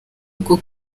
ako